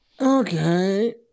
okay